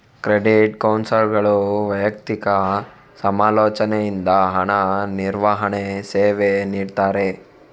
credit ಕೌನ್ಸಿಲರ್ಗಳು ವೈಯಕ್ತಿಕ ಸಮಾಲೋಚನೆಯಿಂದ ಹಣ ನಿರ್ವಹಣೆ ಸೇವೆ ನೀಡ್ತಾರೆ